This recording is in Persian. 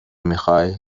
میخوای